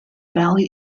bali